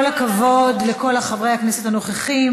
כל הכבוד לכל חברי הכנסת הנוכחים.